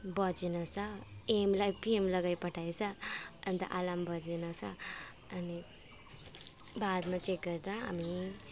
बजेनछ एएमलाई पिएम लगाइपठाइछ अन्त आलार्म बजेनछ अनि बादमा चेक गर्दा हामी